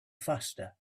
faster